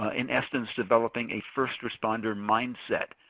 ah in essence developing a first responder mindset.